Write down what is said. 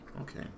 Okay